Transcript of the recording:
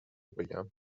بگم